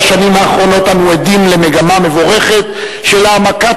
בשנים האחרונות אנחנו עדים למגמה מבורכת של העמקת